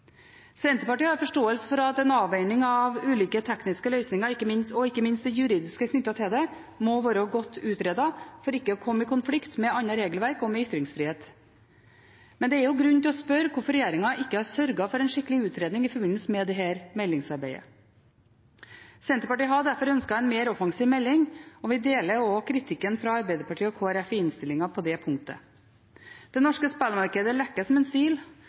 en avveining av ulike tekniske løsninger – og ikke minst av det juridiske knyttet til det – må være godt utredet for ikke å komme i konflikt med annet regelverk og med ytringsfriheten. Men det er jo grunn til å spørre hvorfor regjeringen ikke har sørget for en skikkelig utredning i forbindelse med dette meldingsarbeidet. Senterpartiet har derfor ønsket en mer offensiv melding, og vi deler også kritikken fra Arbeiderpartiet og Kristelig Folkeparti i innstillingen på det punktet. Det norske spillmarkedet lekker som en sil,